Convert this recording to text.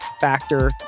factor